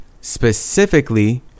specifically